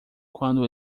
quando